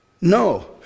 No